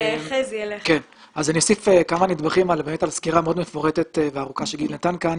אני אוסיף כמה נדבכים על סקירה מאוד מפורטת וארוכה שגיל נתן כאן.